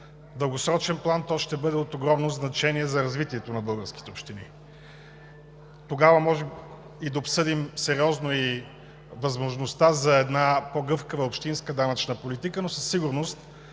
дългосрочен план то ще бъде от огромно значение за развитието на българските общини. Тогава може да обсъдим сериозно и възможността за една по-гъвкава общинска данъчна политика, но със сигурност